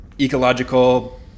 ecological